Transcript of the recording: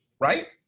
right